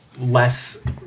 less